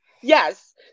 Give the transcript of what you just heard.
Yes